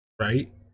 right